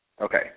Okay